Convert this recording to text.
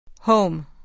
Home